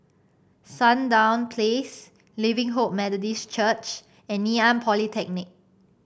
Sandown Place Living Hope Methodist Church and Ngee Ann Polytechnic